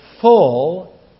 full